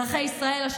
אזרחי ישראל,